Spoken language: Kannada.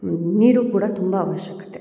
ನೀರು ಕೂಡ ತುಂಬ ಆವಶ್ಯಕತೆ